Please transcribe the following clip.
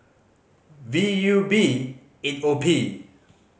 V U B eight O P